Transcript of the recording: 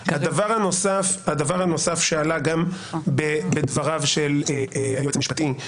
הדבר הנוסף שעלה גם בדבריו של היועץ המשפטי,